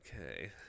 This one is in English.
okay